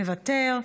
מוותר.